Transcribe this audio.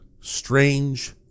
Strange